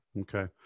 Okay